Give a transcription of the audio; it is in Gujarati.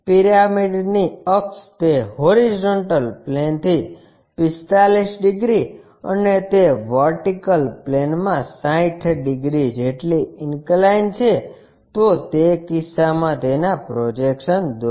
પિરામિડની અક્ષ તે હોરીઝોન્ટલ પ્લેનથી 45 ડિગ્રી અને તે વર્ટિકલ પ્લેનમાં 60 ડિગ્રી જેટલી ઇન્કલાઇન્ડ છે તો તે કિસ્સામાં તેના પ્રોજેક્શન દોરો